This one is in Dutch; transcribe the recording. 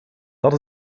dat